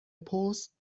پست